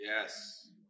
Yes